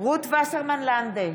רות וסרמן לנדה,